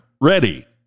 Ready